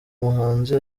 muhanzi